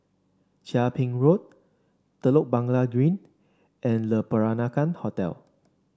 Chia Ping Road Telok Blangah Green and Le Peranakan Hotel